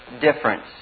difference